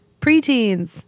preteens